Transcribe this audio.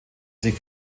sich